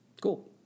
Cool